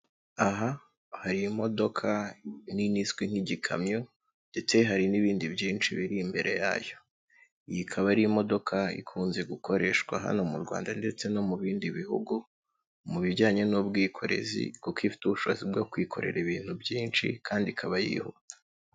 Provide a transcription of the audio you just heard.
Aha hari imodoka nini izwi nk'igikamyo ndetse hari n'ibindi byinshi biri imbere yayo, iyi ikaba ari imodoka ikunze gukoreshwa hano mu Rwanda ndetse no mu bindi bihugu, mu bijyanye n'ubwikorezi kuko ifite ubushobozi bwo kwikorera ibintu byinshi kandi ikaba yihuta.